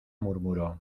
murmuró